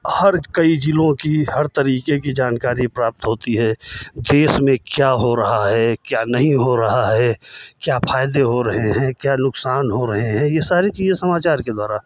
हर कई ज़िलों की हर तरीकों की जानकारी प्राप्त होती है देश में क्या हो रहा है क्या नहीं हो रहा है क्या फ़ायदे हो रहे हैं क्या नुकसान हो रहे हैं यह सारी चीज़ें समाचार के द्वारा